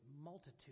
multitude